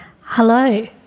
Hello